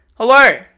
Hello